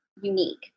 unique